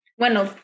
Bueno